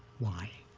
why?